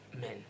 men